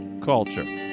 Culture